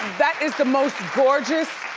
that is the most gorgeous,